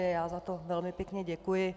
Já za to velmi pěkně děkuji.